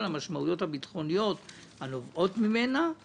על המשמעויות הביטחוניות הנובעות ממנה;